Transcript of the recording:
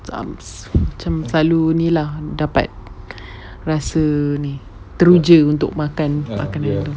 um macam selalu ini lah dapat rasa ni teruja untuk makan makanan tu